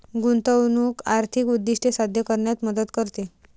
गुंतवणूक आर्थिक उद्दिष्टे साध्य करण्यात मदत करते